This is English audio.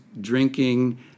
drinking